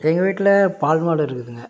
எங்கள் வீட்டில் பால் மாடு இருக்குதுங்க